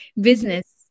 business